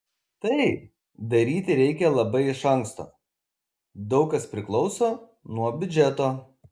tai daryti reikia labai iš anksto daug kas priklauso nuo biudžeto